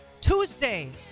Tuesday